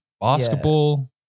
basketball